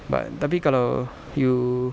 but tapi kalau you